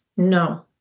No